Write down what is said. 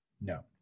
no